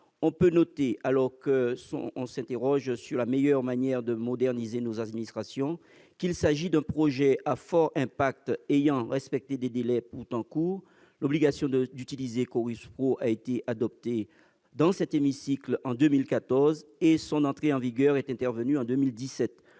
On peut noter, alors qu'on s'interroge sur la meilleure manière de moderniser nos administrations, qu'il s'agit d'un projet à fort impact ayant respecté des délais pourtant courts : l'obligation d'utiliser Chorus Pro a été adoptée dans cet hémicycle en 2014 et son entrée en vigueur est intervenue en 2017,